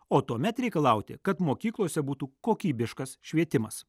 o tuomet reikalauti kad mokyklose būtų kokybiškas švietimas